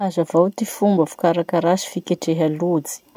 Hazavao ty fomba fikarakara sy fiketreha lojy.